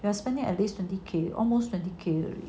you are spending at least twenty K almost twenty K already